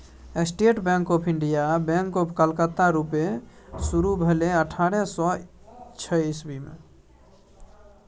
state bank of India, bank of Calcutta रुपे शुरु भेलै अठारह सय छअ इस्बी मे